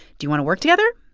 do you want to work together?